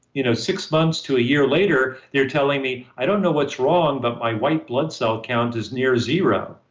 you know six months to a year later, they're telling me, i don't know what's wrong, but my white blood cell count is near zero.